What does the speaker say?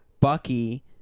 Bucky